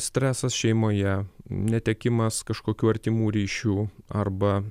stresas šeimoje netekimas kažkokių artimų ryšių arba